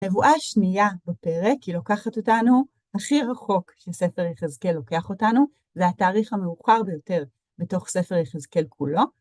הנבואה שנייה בפרק, היא לוקחת אותנו, הכי רחוק שספר יחזקאל לוקח אותנו, זה התאריך המאוחר ביותר בתוך ספר יחזקאל כולו.